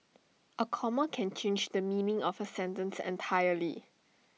A comma can change the meaning of A sentence entirely